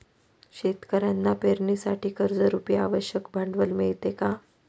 शेतकऱ्यांना पेरणीसाठी कर्जरुपी आवश्यक भांडवल मिळते का?